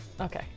Okay